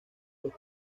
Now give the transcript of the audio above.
los